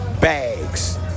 bags